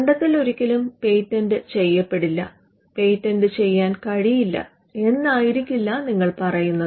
കണ്ടെത്തൽ ഒരിക്കലും പേറ്റന്റ് ചെയ്യപ്പെടില്ല പേറ്റന്റ് ചെയ്യാൻ കഴിയില്ല എന്നായിരിക്കില്ല നിങ്ങൾ പറയുന്നത്